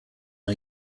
are